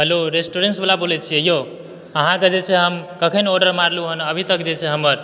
hello restaurant वला बोलै छियै यो अहाँके जे छै हम कखन ऑर्डर मारलौं हन अभी तक जे छै हमर